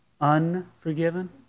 unforgiven